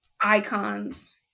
Icons